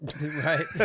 Right